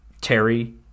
terry